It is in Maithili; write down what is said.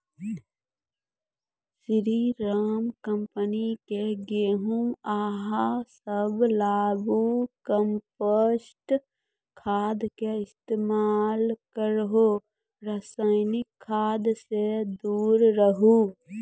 स्री राम कम्पनी के गेहूँ अहाँ सब लगाबु कम्पोस्ट खाद के इस्तेमाल करहो रासायनिक खाद से दूर रहूँ?